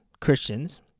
Christians